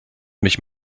mich